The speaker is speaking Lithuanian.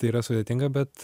yra sudėtinga bet